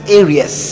areas